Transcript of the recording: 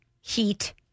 heat